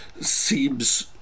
seems